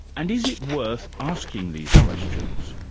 and is it worth asking these questions,